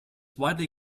widely